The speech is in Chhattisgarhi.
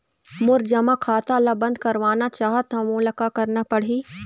मोर जमा खाता ला बंद करवाना चाहत हव मोला का करना पड़ही?